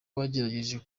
bagerageje